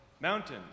mountains